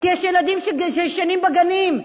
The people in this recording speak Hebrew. כי יש ילדים שישנים בגנים,